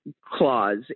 clause